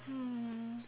mm